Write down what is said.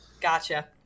Gotcha